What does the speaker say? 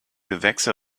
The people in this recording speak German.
gewächse